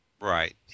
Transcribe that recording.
Right